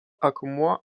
akmuo